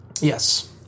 Yes